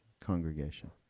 congregation